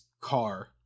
car